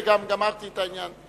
וגם גמרתי את העניין.